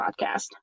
podcast